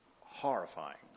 horrifying